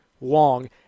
long